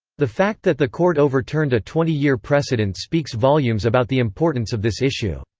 the fact that the court overturned a twenty year precedent speaks volumes about the importance of this issue.